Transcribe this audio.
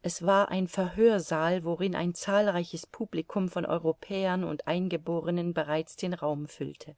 es war ein verhörsaal worin ein zahlreiches publicum von europäern und eingeborenen bereits den raum füllte